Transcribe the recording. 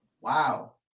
Wow